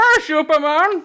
Superman